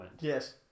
Yes